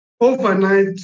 overnight